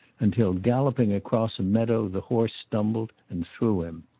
until galloping across a meadow the horse stumbled and threw him.